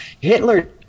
hitler